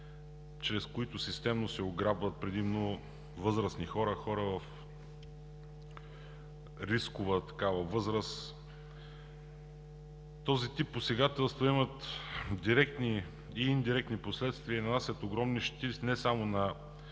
чрез които системно се ограбват предимно възрастни хора, хора в рискова възраст. Този тип посегателства имат директни и индиректни последствия, нанасят огромни щети не само на